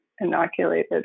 inoculated